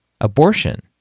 abortion